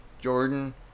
Jordan